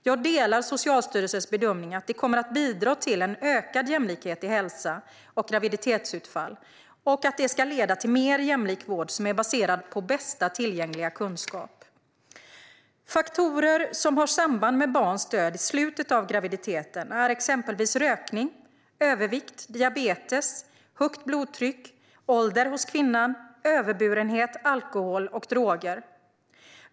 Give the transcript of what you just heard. Jag delar Socialstyrelsens bedömning att det kommer att bidra till en ökad jämlikhet i hälsa och graviditetsutfall och att det ska leda till en mer jämlik vård som är baserad på bästa tillgängliga kunskap. Faktorer som har samband med barns död i slutet av graviditeten är exempelvis rökning, övervikt, diabetes, högt blodtryck, ålder hos kvinnan, överburenhet, alkohol och droger.